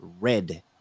red